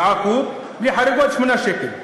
ובלי חריגות זה 8 שקלים.